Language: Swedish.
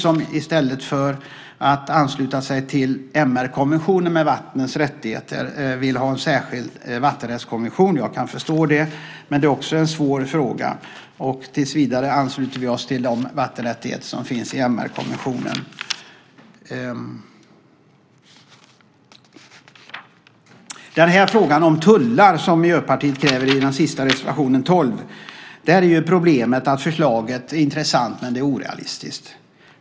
I stället för att vilja ansluta sig till MR-konventionen där vattenrättigheter ingår vill man ha en särskild vattenrättskonvention. Jag kan förstå det, men det är också en svår fråga. Tills vidare ansluter vi oss till de vattenrättigheter som finns i MR-konventionen. I reservation 12 från Miljöpartiet tas frågan om klimattullar upp. Problemet är att förslaget är intressant men orealistiskt.